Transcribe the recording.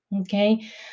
okay